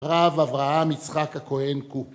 רב אברהם יצחק הכהן הוא